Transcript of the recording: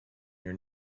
your